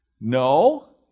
no